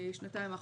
בשנתיים האחרונות.